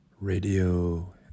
Radio